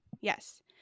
Yes